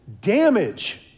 damage